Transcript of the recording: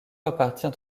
appartient